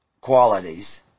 qualities